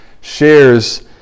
shares